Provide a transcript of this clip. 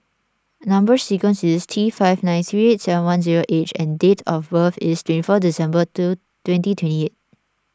Number Sequence is T five nine three seven one zero H and date of birth is twenty four December to twenty twenty